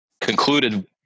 concluded